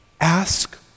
ask